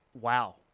Wow